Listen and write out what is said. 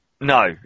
no